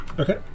Okay